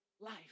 life